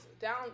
down